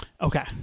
Okay